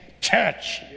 church